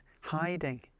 hiding